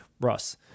Russ